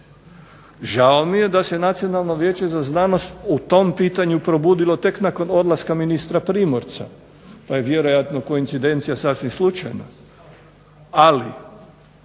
Žao mi je da se Nacionalno vijeće za znanost u tom pitanju probudilo tek nakon odlaska ministra Primorca, pa je vjerojatno koincidencija sasvim slučajna. Ali